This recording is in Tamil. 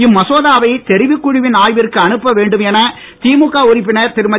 இம் மசோதாவை தெரிவுக் குழுவின் ஆய்விற்கு அனுப்ப வேண்டும் என திமுக உறுப்பினர் திருமதி